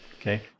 okay